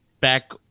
back